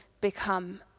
become